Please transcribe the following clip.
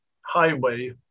highway